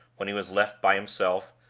when he was left by himself,